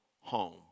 home